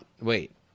wait